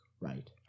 right